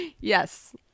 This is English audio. Yes